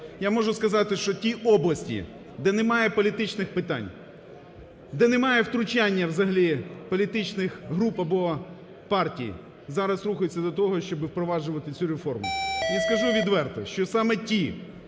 Я можу сказати, що ті області, де немає політичних питань, де немає втручання взагалі політичних груп або партій, зараз рухаються до того, щоб впроваджувати цю реформу. І скажу відверто, що саме ті,